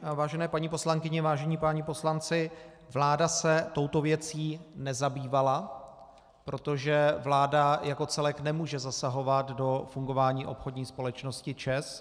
Vážené paní poslankyně, vážení páni poslanci, vláda se touto věcí nezabývala, protože vláda jako celek nemůže zasahovat do fungování obchodní společnosti ČEZ.